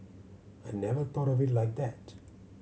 I never thought of it like that